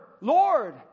Lord